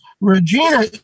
Regina